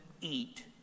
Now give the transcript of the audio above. eat